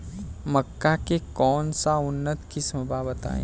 मक्का के कौन सा उन्नत किस्म बा बताई?